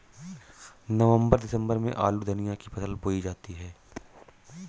नवम्बर दिसम्बर में आलू धनिया की फसल बोई जाती है?